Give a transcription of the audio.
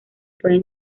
pueden